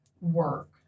work